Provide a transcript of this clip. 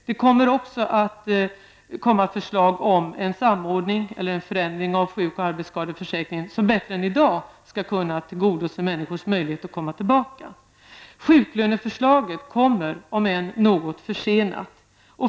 Det kommer också att läggas fram förslag om en samordning eller förändring av sjuk och arbetsskadeförsäkringen som bättre än i dag skall kunna tillgodose människors möjlighet att komma tillbaka. Sjuklöneförslaget kommer, om än något försenat.